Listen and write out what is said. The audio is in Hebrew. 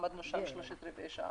עמדנו שם שלושת-רבעי שעה,